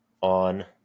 on